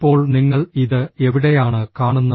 ഇപ്പോൾ നിങ്ങൾ ഇത് എവിടെയാണ് കാണുന്നത്